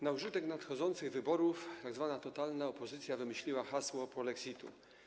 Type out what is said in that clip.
Na użytek nadchodzących wyborów tzw. totalna opozycja wymyśliła hasło polexitu.